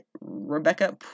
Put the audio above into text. Rebecca